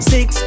Six